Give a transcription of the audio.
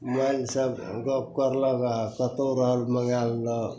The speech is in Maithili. मोबाइलसे गप करलक आओर कतहु रहल मँगै लेलक